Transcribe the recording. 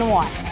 one